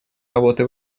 работы